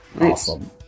Awesome